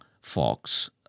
Fox